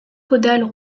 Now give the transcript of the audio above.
caudales